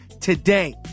today